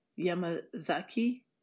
Yamazaki